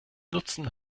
nutzen